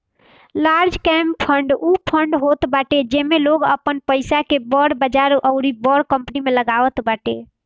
large cap fund उ fund होत बाटे जेमे लोग आपन पईसा के बड़ बजार अउरी बड़ कंपनी में लगावत बाटे